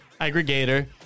aggregator